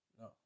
No